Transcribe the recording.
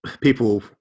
people